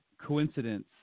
coincidence